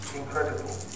incredible